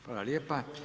Hvala lijepa.